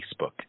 facebook